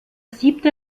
siebte